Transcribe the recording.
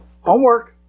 Homework